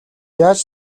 яаж